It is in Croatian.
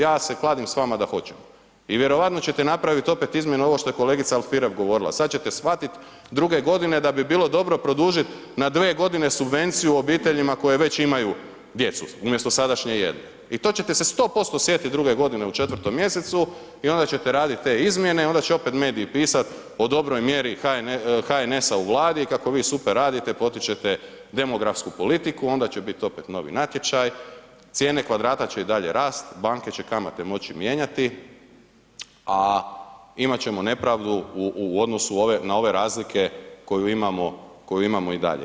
Ja se kladim s vama da hoćemo i vjerojatno ćete napraviti opet izmjenu ovo što je kolegica Alfirev govorila, sad ćete shvatiti druge godine da bi bilo dobro produžiti na 2 godine subvenciju obiteljima koje već imaju djecu umjesto sadašnje 1. I to ćete se 100% sjetiti druge godine u 4. mj i onda ćete raditi te izmjene i onda će opet mediji pisati o dobroj mjeri HNS-a u Vladi, kako vi super radite, potičete demografsku politika i onda će biti opet novi natječaj, cijene kvadrata će i dalje rasti, banke će kamate moći mijenjati a imati ćemo nepravdu u odnosu na ove razlike koju imamo i dalje.